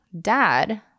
dad